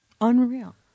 unreal